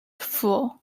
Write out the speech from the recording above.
fool